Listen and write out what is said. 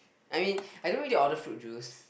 I mean I don't really order fruit juice